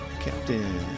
Captain